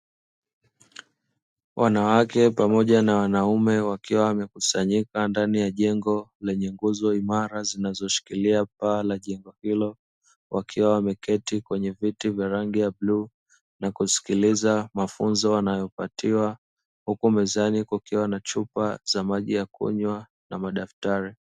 Wanawake pamoja na wanaume wakiwa wamekusanyika ndani ya jengo lenye nguzo imara zinazo shikilia paa la jengo hilo, wakiwa wameketi kwenye viti vya rangi ya bluu na kusikiliza mafunzo wanayopatiwa huku mezani kukiwa na chupa za maji ya kunywa na madaftari.